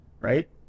right